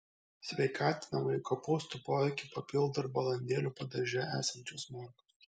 sveikatinamąjį kopūstų poveikį papildo ir balandėlių padaže esančios morkos